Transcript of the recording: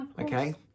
okay